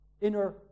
inner